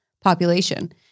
population